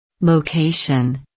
Location